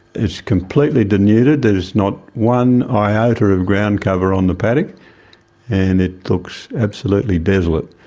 it's completely denuded, there is not one iota of groundcover on the paddock and it looks absolutely desolate.